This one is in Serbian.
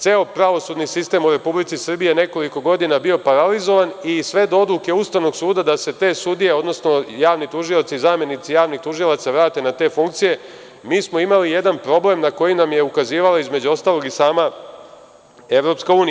Ceo pravosudni sistem u RS je nekoliko godina bio paralizovan i sve odluke Ustavnog suda da se te sudije, odnosno javni tužioci, zamenici javnih tužioca vrate na te funkcije, mi smo imali jedan problem na koji nam je ukazivao između ostalog i sama EU.